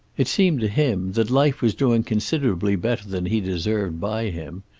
it seemed to him that life was doing considerably better than he deserved by him,